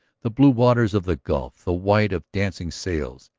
the blue waters of the gulf, the white of dancing sails.